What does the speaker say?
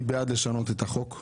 אני בעד לשנות את החוק,